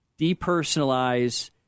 depersonalize